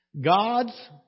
God's